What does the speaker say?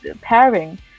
pairing